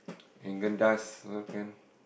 Haagen-Dazs also can